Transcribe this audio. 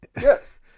Yes